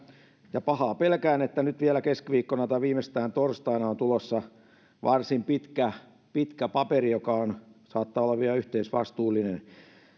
ja pahaa pelkään että nyt vielä keskiviikkona tai viimeistään torstaina on tulossa varsin pitkä pitkä paperi joka saattaa olla vielä yhteisvastuullinen